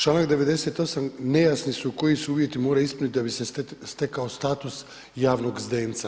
Članak 98. nejasni su koji se uvjeti moraju ispuniti da bi se stekao status javnoga zdenca.